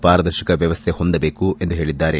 ಪಾರದರ್ಶಕ ವ್ಯವಸ್ಥೆ ಹೊಂದಬೇಕು ಎಂದು ಹೇಳಿದ್ದಾರೆ